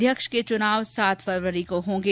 अध्यक्ष के चुनाव सात फरवरी को होंगे